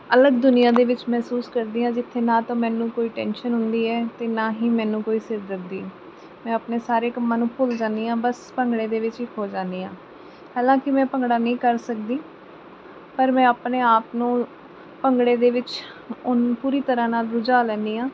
ਅਲੱਗ ਦੁਨੀਆਂ ਦੇ ਵਿੱਚ ਮਹਿਸੂਸ ਕਰਦੀ ਹਾਂ ਜਿੱਥੇ ਨਾ ਤਾਂ ਮੈਨੂੰ ਕੋਈ ਟੈਨਸ਼ਨ ਹੁੰਦੀ ਹੈ ਅਤੇ ਨਾ ਹੀ ਮੈਨੂੰ ਕੋਈ ਸਿਰਦਰਦੀ ਮੈਂ ਆਪਣੇ ਸਾਰੇ ਕੰਮਾਂ ਨੂੰ ਭੁੱਲ ਜਾਂਦੀ ਹਾਂ ਬਸ ਭੰਗੜੇ ਦੇ ਵਿੱਚ ਹੀ ਖੋ ਜਾਂਦੀ ਹਾਂ ਹਾਲਾਂਕਿ ਮੈਂ ਭੰਗੜਾ ਨਹੀਂ ਕਰ ਸਕਦੀ ਪਰ ਮੈਂ ਆਪਣੇ ਆਪ ਨੂੰ ਭੰਗੜੇ ਦੇ ਵਿੱਚ ਪੂਰੀ ਤਰ੍ਹਾਂ ਨਾਲ ਰੁਝਾਅ ਲੈਂਦੀ ਹਾਂ